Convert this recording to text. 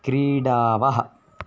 क्रीडावः